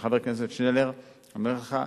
חבר הכנסת שנלר, אני אומר לך,